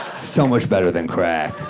so much better than crack.